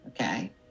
Okay